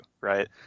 right